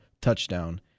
touchdown